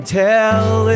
tell